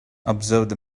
observe